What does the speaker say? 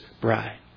bride